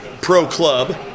pro-club